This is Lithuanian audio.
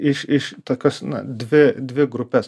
iš iš tokios na dvi dvi grupes